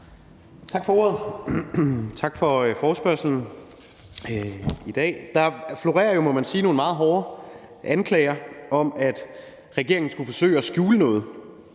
Tak for ordet, tak for forespørgslen i dag. Der florerer jo nogle meget hårde anklager, må man sige, om, at regeringen skulle forsøge at skjule noget,